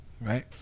right